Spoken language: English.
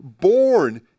born